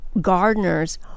gardeners